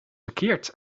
verkeerd